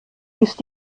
ist